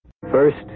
First